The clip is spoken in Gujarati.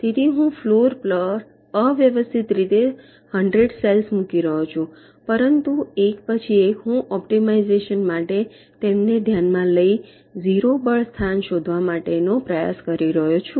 તેથી હું ફ્લોર પર અવ્યવસ્થિત રીતે 100 સેલ્સ મૂકી રહ્યો છું પરંતુ એક પછી એક હું ઓપ્ટિમાઇઝેશન માટે તેમને ધ્યાનમાં લઈ 0 બળ સ્થાન શોધવા માટે પ્રયાસ કરી રહ્યો છું